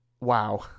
wow